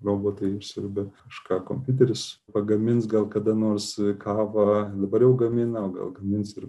robotai išsiurbia kažką kompiuteris pagamins gal kada nors kavą dabar jau gamina o gal gamins ir